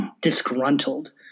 disgruntled